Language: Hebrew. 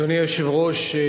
אדוני היושב-ראש,